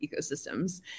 ecosystems